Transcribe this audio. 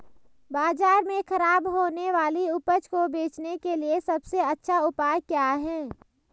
बाजार में खराब होने वाली उपज को बेचने के लिए सबसे अच्छा उपाय क्या हैं?